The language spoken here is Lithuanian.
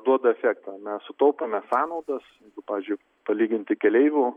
duoda efektą mes sutaupome sąnaudas jeigu pavyzdžiui palyginti keleivių